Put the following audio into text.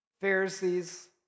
Pharisees